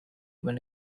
when